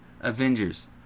Avengers